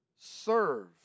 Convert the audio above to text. serve